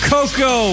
Coco